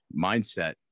mindset